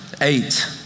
eight